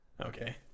Okay